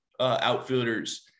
outfielders